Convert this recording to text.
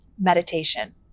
meditation